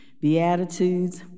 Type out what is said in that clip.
Beatitudes